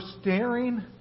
staring